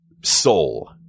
soul